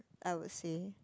I would say